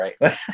right